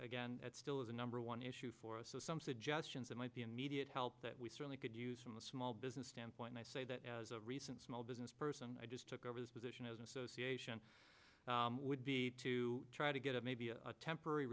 again that still is a number one issue for us so some suggestions that might be immediate help that we certainly could use from a small business standpoint i say that as a recent small business person i just took over this position as an association would be to try to get a maybe a temporary